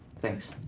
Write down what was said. thanks.